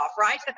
right